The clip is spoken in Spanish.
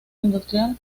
industrial